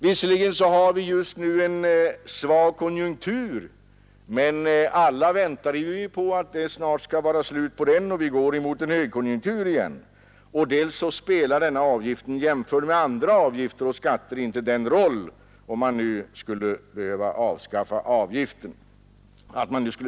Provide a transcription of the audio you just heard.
Visserligen har vi just nu en svag konjunktur, men alla väntar vi ju på att den snart skall vara slut, så att vi går mot en högkonjunktur igen. Dessutom spelar denna avgift jämfört med andra avgifter och skatter inte så stor roll i detta sammanhang, att det skulle vara motiverat att avskaffa den.